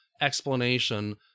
explanation